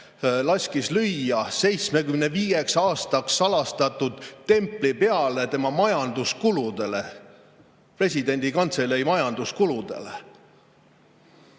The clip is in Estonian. laskis lüüa 75 aastaks salastatud templi peale oma majanduskuludele, presidendi kantselei majanduskuludele?